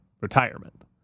retirement